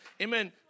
Amen